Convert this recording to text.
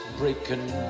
breaking